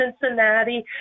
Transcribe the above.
Cincinnati